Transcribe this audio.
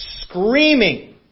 screaming